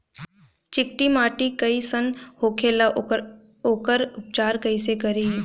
चिकटि माटी कई सन होखे ला वोकर उपचार कई से करी?